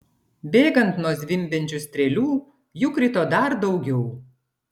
bėgant nuo zvimbiančių strėlių jų krito dar daugiau